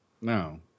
No